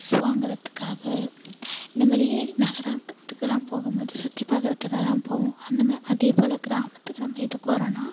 dress வாங்கிறதுக்காக இந்தமாதிரி நகரத்துக்கெல்லாம் போகும்போது சுற்றிப் பார்க்கிறதுக்காகதான் போவோம் அந்த அதே போல் கிராமத்துக்கு நம்ம எதுக்கு வர்றோம்னா